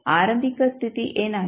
ಆರಂಭಿಕ ಸ್ಥಿತಿ ಏನಾಗಿತ್ತು